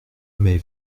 mais